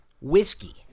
whiskey